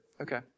Okay